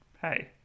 hey